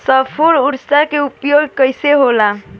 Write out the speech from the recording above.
स्फुर उर्वरक के उपयोग कईसे होखेला?